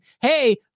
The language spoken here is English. Hey